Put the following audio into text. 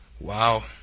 Wow